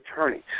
attorneys